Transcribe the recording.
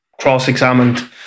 Cross-examined